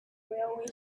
railway